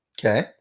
Okay